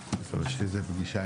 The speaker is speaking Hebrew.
12:02.